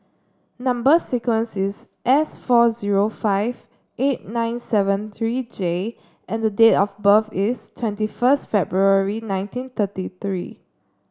number sequence is S four zero five eight nine seven three J and the date of birth is twenty first February nineteen thirty three